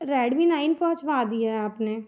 Redmi nine पहुँचवा दिया है आपने